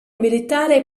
militare